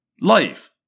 life